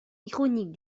ironique